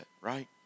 right